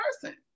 person